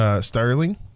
Sterling